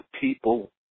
people